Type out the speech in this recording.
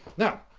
now.